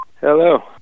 Hello